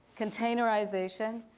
containerization.